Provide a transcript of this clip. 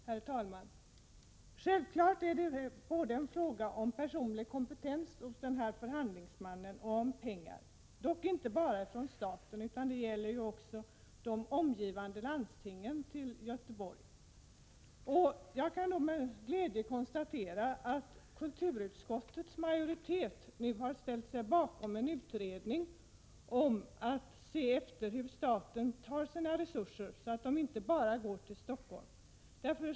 Herr talman! Självfallet är det här fråga både om personlig kompetens hos förhandlingsmannen och om pengar. Det gäller dock inte pengar bara från staten utan också från de landsting som ligger runt omkring Göteborg. Jag noterar med glädje att kulturutskottets majoritet nu har ställt sig bakom genomförandet av en utredning om hur staten fördelar sina resurser, för undvikande av att dessa inte endast går till Stockholm.